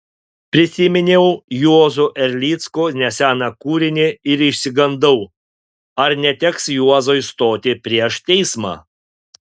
prisiminiau juozo erlicko neseną kūrinį ir išsigandau ar neteks juozui stoti prieš teismą